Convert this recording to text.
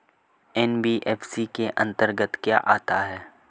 NBFC के अंतर्गत क्या आता है?